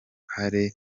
ruhare